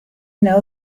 know